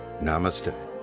Namaste